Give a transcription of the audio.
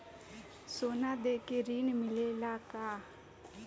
सोना देके ऋण मिलेला का?